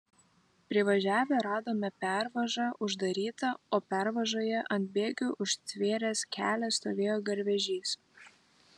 privažiavę radome pervažą uždarytą o pervažoje ant bėgių užtvėręs kelią stovėjo garvežys